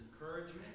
encouragement